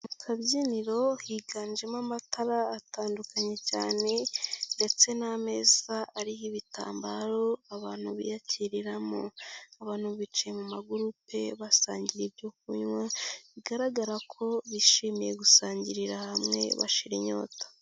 Akabyiniro higanjemo amatara atandukanye cyane ndetse n'ameza ariho ibitambaro abantu biyakiriramo, abantu bicaye mu magurupe, basangira ibyo kunywa, bigaragara ko bishimiye gusangirira hamwe, bashira inyota.